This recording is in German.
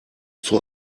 vor